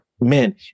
Man